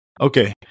okay